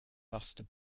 buster